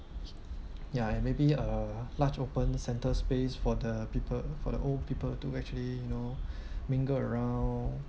ya and maybe a large open center space for the people for the old people to actually you know mingle around